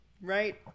right